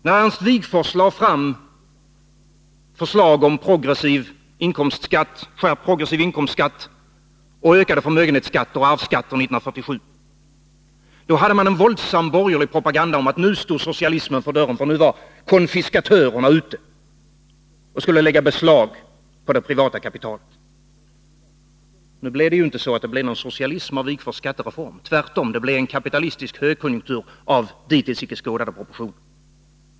När Ernst Wigforss 1947 lade fram förslag om skärpt progressiv inkomstskatt och ökade förmögenhetsskatter och arvsskatter, drev man en våldsam borgerlig propaganda om att socialismen stod för dörren, för nu var konfiskatörerna ute och skulle lägga beslag på det privata kapitalet. Nu blev det ingen socialism av Ernst Wigforss skattereformer. Tvärtom blev det en kapitalistisk högkonjunktur av dittills icke skådade proportioner.